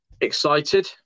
Excited